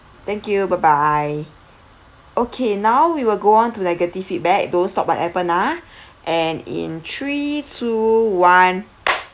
thank you bye bye okay now we will go on to negative feedback don't stop button Appen ah and in three two one